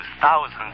thousands